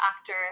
actor